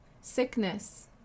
sickness